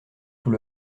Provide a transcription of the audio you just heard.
tout